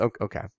Okay